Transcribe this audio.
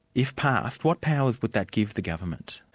if passed, what powers would that give the government?